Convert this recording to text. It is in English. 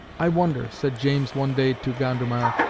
i wonder, said james one day to gondomar,